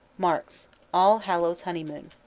marks all-hallows honeymoon.